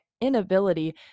inability